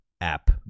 app